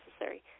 necessary